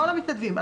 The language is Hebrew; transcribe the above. כל המתנדבים.